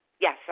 Yes